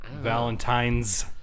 Valentine's